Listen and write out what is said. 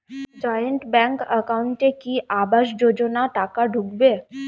Joint bank একাউন্টে কি আবাস যোজনা টাকা ঢুকবে?